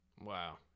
Wow